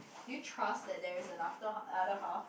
do you trust that there is an after~ other half